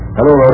Hello